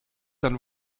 dann